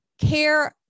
care